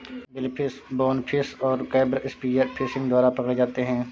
billfish, bonefish और crab spear fishing द्वारा पकड़े जाते हैं